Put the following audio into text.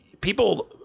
People